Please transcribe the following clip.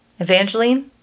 Evangeline